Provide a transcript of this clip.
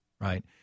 right